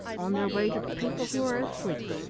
on their way to the people who are asleep,